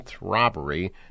robbery